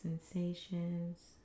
sensations